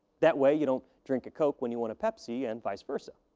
that way, you don't drink a coke when you want a pepsi and vice versa.